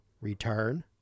return